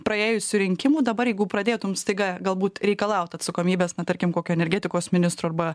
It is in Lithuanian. praėjusių rinkimų dabar jeigu pradėtum staiga galbūt reikalaut atsakomybės na tarkim kokio energetikos ministro arba